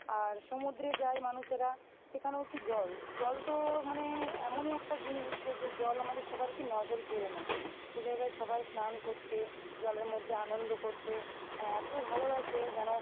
আর সমুদ্রে যায় মানুষেরা সেখানেও কী জল জল তো মানে এমনই একটা জিনিস যে যে জল আমাদের সবার কী নজর কেড়ে নেয় সে জায়গায় সবাই স্নান করতে জলের মধ্যে আনন্দ করতে মানে এতো ভালোবাসে যেন